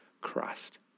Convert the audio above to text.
Christ